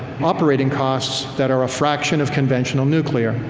operating costs that are a fraction of conventional nuclear.